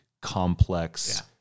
complex